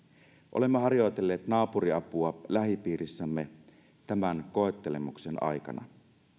olemme harjoitelleet naapuriapua lähipiirissämme tämän koettelemuksen aikana